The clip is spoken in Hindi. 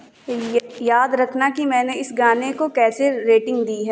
य याद रखना कि मैंने इस गाने को कैसे रेटिंग दी है